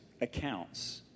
accounts